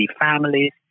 families